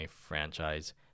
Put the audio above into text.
franchise